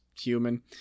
human